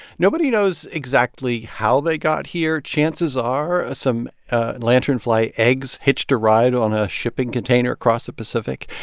nobody knows exactly how they got here. chances are ah some and lanternfly eggs hitched a ride on a shipping container across the pacific.